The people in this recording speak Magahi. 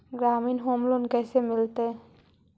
ग्रामीण होम लोन कैसे मिलतै?